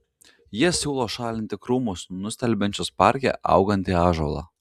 jie siūlo šalinti krūmus nustelbiančius parke augantį ąžuolą